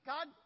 God